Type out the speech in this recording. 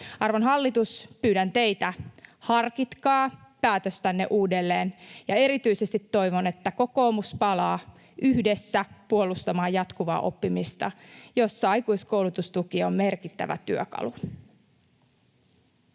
Arvon hallitus, pyydän teitä: harkitkaa päätöstänne uudelleen. Erityisesti toivon, että kokoomus palaa yhdessä puolustamaan jatkuvaa oppimista, jossa aikuiskoulutustuki on merkittävä työkalu.